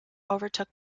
overtook